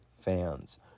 fans